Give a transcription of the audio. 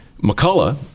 McCullough